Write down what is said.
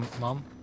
mom